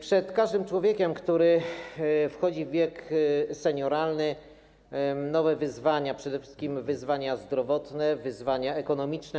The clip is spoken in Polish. Przed każdym człowiekiem, który wchodzi w wiek senioralny, nowe wyzwania, przede wszystkim wyzwania zdrowotne, wyzwania ekonomiczne.